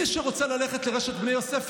מי שרוצה ללכת לרשת בני יוסף,